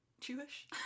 Jewish